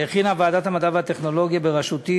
שהכינה ועדת המדע והטכנולוגיה בראשותי,